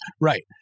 Right